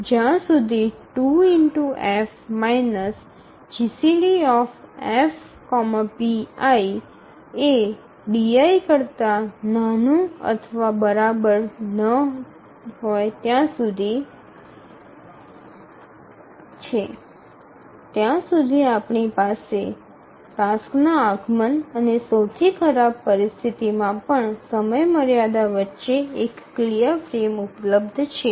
જ્યાં સુધી 2F GCD F pi એ ≤ di છે ત્યાં સુધી આપણી પાસે ટાસક્સના આગમન અને સૌથી ખરાબ પરિસ્થિતિમાં પણ સમયમર્યાદા વચ્ચે એક ક્લિયર ફ્રેમ ઉપલબ્ધ છે